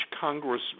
Congress